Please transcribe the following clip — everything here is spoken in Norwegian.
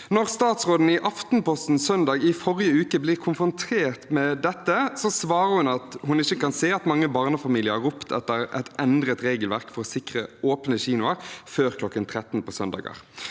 Da statsråden i Aftenposten søndag i forrige uke ble konfrontert med dette, svarte hun at hun ikke kan se at mange barnefamilier har ropt etter et endret regelverk for å sikre åpne kinoer før kl. 13 på søndager.